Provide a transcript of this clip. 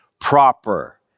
proper